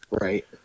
Right